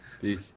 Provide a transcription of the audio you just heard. Peace